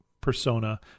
persona